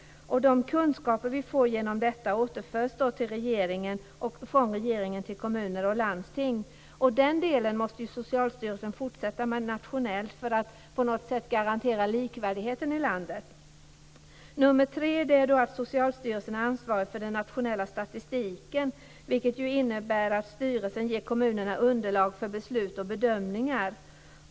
De kunskaper vi får genom detta återförs till regeringen och går sedan från regeringen till kommuner och landsting. Den delen måste Socialstyrelsen nationellt fortsätta med för att på något sätt garantera likvärdighet i landet. För det tredje handlar det om att Socialstyrelsen har ansvaret för den nationella statistiken, vilket innebär att styrelsen ger kommunerna underlag för beslut och bedömningar.